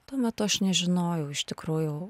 tuo metu aš nežinojau iš tikrųjų